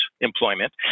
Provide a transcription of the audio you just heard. employment